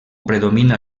predomina